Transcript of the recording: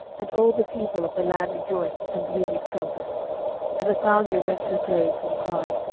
and all the people of the land rejoiced, and blew with trumpets and athaliah rent her clothes, and cried,